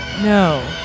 No